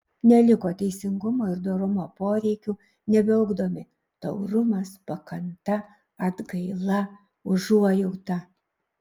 neliko teisingumo ir dorumo poreikių nebeugdomi taurumas pakanta atgaila užuojauta